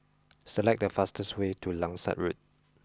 select the fastest way to Langsat Road